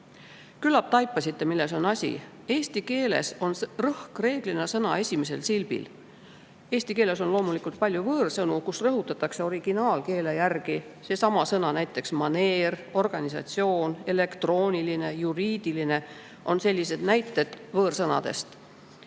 Küllap taipasite, milles on asi. Eesti keeles on rõhk reeglina sõna esimesel silbil. Eesti keeles on loomulikult palju võõrsõnu, kus rõhutatakse originaalkeele järgi. Näiteks man`eer, organisatsi`oon, elekt`rooniline, ju`riidiline on sellised näited võõrsõnadest.